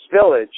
Village